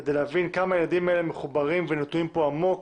כדי להבין כמה הילדים האלה מחוברים ונטועים פה עמוק,